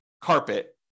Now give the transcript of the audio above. carpet